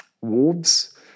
wards